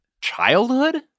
Childhood